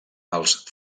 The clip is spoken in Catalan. els